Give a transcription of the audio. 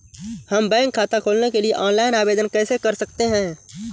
हम बैंक खाता खोलने के लिए ऑनलाइन आवेदन कैसे कर सकते हैं?